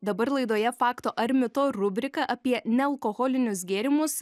dabar laidoje fakto ar mito rubrika apie nealkoholinius gėrimus